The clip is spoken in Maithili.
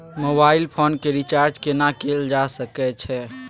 मोबाइल फोन के रिचार्ज केना कैल जा सकै छै?